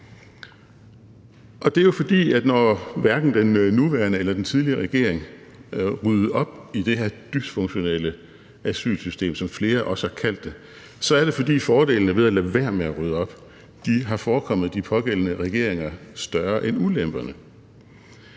lyst til at tage. Når hverken den nuværende eller den tidligere regering ryddede op i det her dysfunktionelle asylsystem, som flere også har kaldt det, så er det, fordi fordelene ved at lade være med at rydde op har forekommet de pågældende regeringer større end ulemperne.